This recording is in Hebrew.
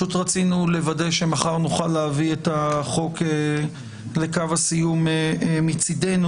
רצינו לוודא שמחר נוכל להביא את החוק לקו הסיום מצידנו.